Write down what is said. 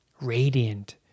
radiant